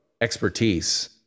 expertise